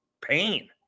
pain